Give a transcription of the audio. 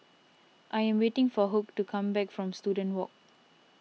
I am waiting for Hugh to come back from Student Walk